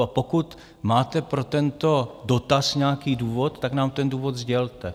A pokud máte pro tento dotaz nějaký důvod, tak nám ten důvod sdělte.